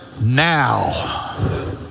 now